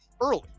early